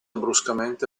bruscamente